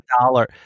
dollar